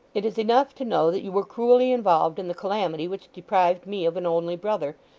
it is enough to know that you were cruelly involved in the calamity which deprived me of an only brother,